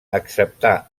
acceptà